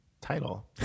title